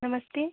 नमस्ते